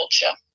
culture